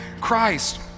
Christ